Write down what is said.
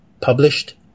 published